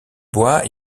bois